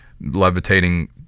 levitating